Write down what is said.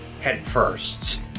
headfirst